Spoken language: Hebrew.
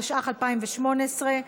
התשע"ח 2018,